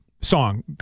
song